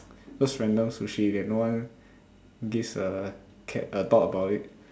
those random sushi that no one gives a ca~ a thought about it